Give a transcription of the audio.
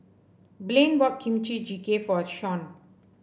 Blaine bought Kimchi Jjigae for Shaun